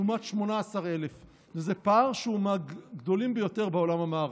לעומת 18,000. זה פער שהוא מהגדולים ביותר בעולם המערבי.